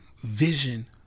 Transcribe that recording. vision